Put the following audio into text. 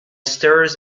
stairs